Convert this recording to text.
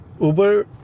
Uber